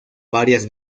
varias